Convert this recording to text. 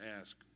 ask